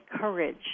courage